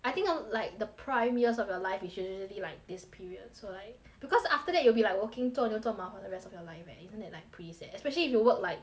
I think I'll~ like the prime years of your life is usually like this period so like because after that you'll be like walking 做牛做马 for the rest of your life eh isn't that like pretty sad especially if you work like